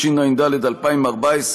התשע"ד 2014,